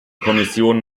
kommission